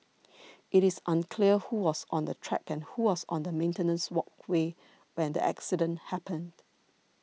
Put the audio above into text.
it is unclear who was on the track and who was on the maintenance walkway when the accident happened